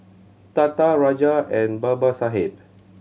Tata Raja and Babasaheb